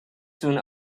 soon